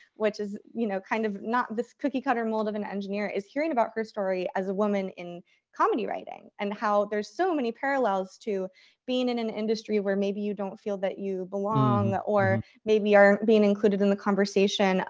which is you know kind of not this cookie cutter mold of an engineer, is hearing about her story as a woman in comedy writing and how there are so many parallels to being in an industry where maybe you don't feel that you belong or maybe aren't being included in the conversation. ah